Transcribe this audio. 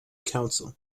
council